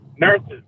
nurses